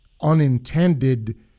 unintended